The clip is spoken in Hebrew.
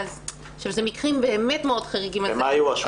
אלה מקרים באמת מאוד חריגים --- במה היא הואשמה?